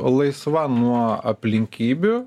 laisva nuo aplinkybių